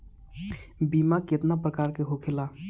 बीमा केतना प्रकार के होखे ला?